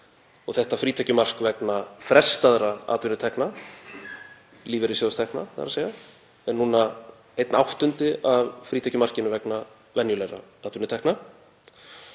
og þetta frítekjumark vegna frestaðra atvinnutekna, þ.e. lífeyrissjóðstekna, er nú einn áttundi af frítekjumarkinu vegna venjulegra atvinnutekna.